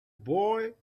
boy